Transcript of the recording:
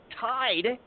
tied